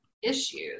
issues